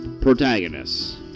Protagonists